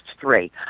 three